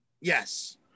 Yes